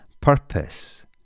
purpose